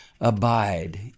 abide